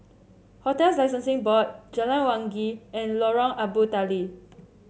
Hotels Licensing Board Jalan Wangi and Lorong Abu Talib